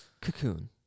Cocoon